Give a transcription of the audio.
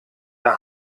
der